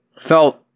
felt